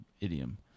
idiom